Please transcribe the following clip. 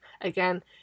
again